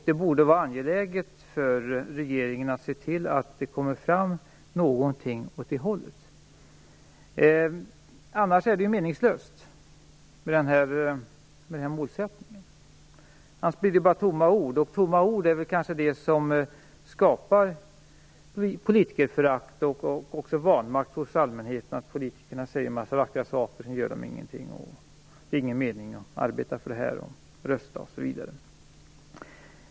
Det borde vara angeläget för regeringen att se till att det kommer fram någonting åt det hållet, annars är den här målsättningen meningslös. Då är det bara tomma ord, och tomma ord är just vad som skapar politikerförakt men också vanmakt hos allmänheten: Politikerna säger en massa vackra saker och sedan gör de ingenting, det är ingen mening att arbeta för det här, att rösta osv.